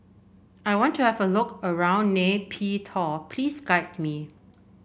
I want to have a look around Nay Pyi Taw please guide me